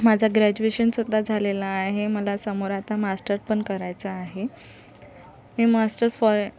माझं ग्रॅज्युशनसुद्धा झालेलं आहे मला समोर आता मास्टर पण करायचं आहे मी मास्टर फॉ